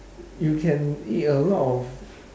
you can eat a lot of